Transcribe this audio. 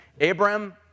Abram